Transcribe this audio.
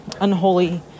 unholy